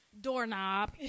doorknob